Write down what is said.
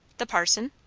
the parson?